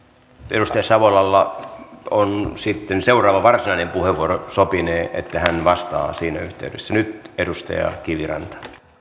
edustaja savolalla on sitten seuraava varsinainen puheenvuoro sopinee että hän vastaa siinä yhteydessä nyt edustaja kiviranta